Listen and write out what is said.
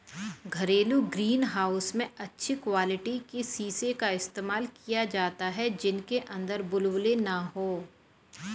घरेलू greenhouse में अच्छी क्वालिटी के शीशे का इस्तेमाल किया जाता है जिनके अंदर बुलबुले ना हो